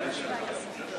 מה זה היה, איפה